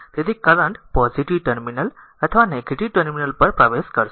તેથી current positive terminal અથવા negative terminal પર પ્રવેશ કરશે